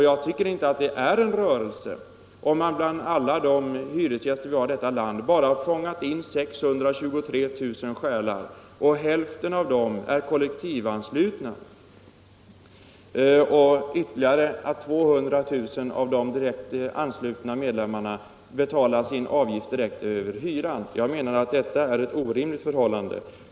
Jag tycker inte heller att det är en rörelse, om man bara kunnat fånga in 623 000 av alla hyresgäster i detta land, om hälften av dessa är kollektivanslutna och ytterligare 200 000 medlemmar betalar sin avgift över hyran. Jag anser att detta är ett orimligt förhållande.